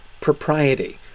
propriety